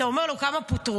אתה אומר לו: כמה פוטרו,